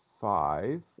five